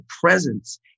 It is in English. presence